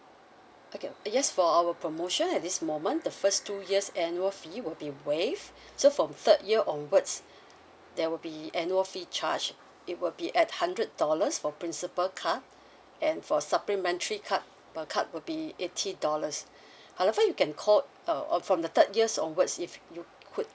okay yes for our promotion at this moment the first two years annual fee will be waived so from third year onwards there will be annual fee charge it will be at hundred dollars for principal card and for supplementary card the card will be eighty dollars however you can call uh from the third years onwards if you could